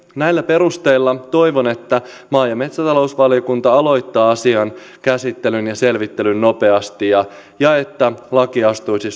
näillä perusteilla toivon että maa ja metsätalousvaliokunta aloittaa asian käsittelyn ja selvittelyn nopeasti ja ja että laki astuisi